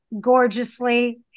gorgeously